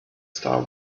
star